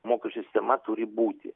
mokesčių sistema turi būti